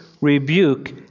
rebuke